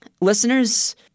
Listeners